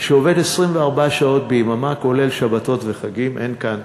שעובד 24 שעות ביממה, כולל שבתות וחגים, אין כאן